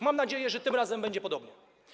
Mam nadzieję, że tym razem będzie podobnie.